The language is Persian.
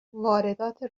واردات